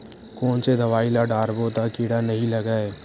कोन से दवाई ल डारबो त कीड़ा नहीं लगय?